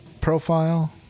profile